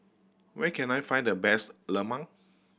where can I find the best lemang